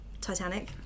Titanic